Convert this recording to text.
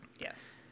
Yes